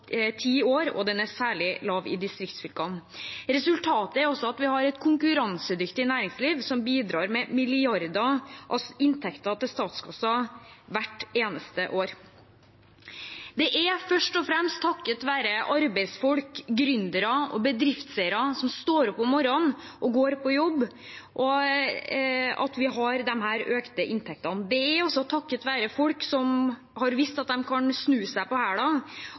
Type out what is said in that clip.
ti år, og den er særlig lav i distriktsfylkene. Resultatet er at vi har et konkurransedyktig næringsliv som bidrar med milliarder i inntekt til statskassen hvert eneste år. Det er først og fremst takket være arbeidsfolk, gründere og bedriftseiere som står opp om morgenen og går på jobb, at vi har disse økte inntektene. Det er takket være folk som har vist at de kan snu seg på